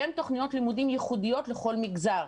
שהם תוכניות לימודים ייחודיות לכל מגזר.